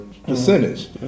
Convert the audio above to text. percentage